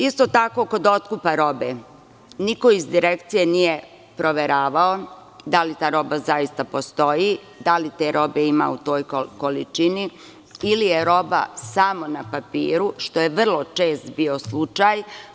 Isto tako kod otkupa robe, niko iz direkcije nije proveravao da li ta roba zaista postoji, da li te robe ima u toj količini ili je roba samo na papiru, što je vrlo čest bio slučaj.